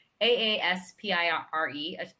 A-A-S-P-I-R-E